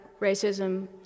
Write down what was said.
racism